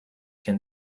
can